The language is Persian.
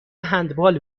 هندبال